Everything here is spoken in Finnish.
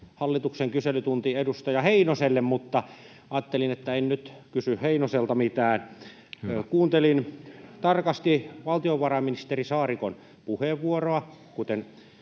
hallituksen kyselytunti edustaja Heinoselle, mutta ajattelin, että en nyt kysy Heinoselta mitään. Kuuntelin tarkasti valtiovarainministeri Saarikon puheenvuoroa, kuten